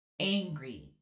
Angry